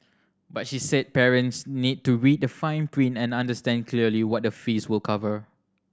but she said parents need to read the fine print and understand clearly what the fees will cover